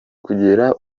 kugera